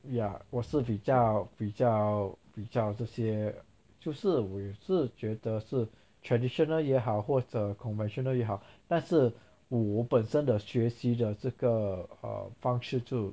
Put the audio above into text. yeah 我是比较比较比较这些就是我也是觉得是 traditional 也好或者 conventional 也好但是我本身的学习的这个 um 方式就